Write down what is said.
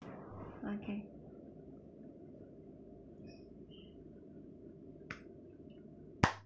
okay